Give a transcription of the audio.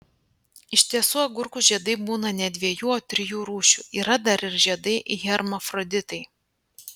iš tiesų agurkų žiedai būna ne dviejų o trijų rūšių yra dar ir žiedai hermafroditai